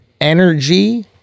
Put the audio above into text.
energy